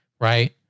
right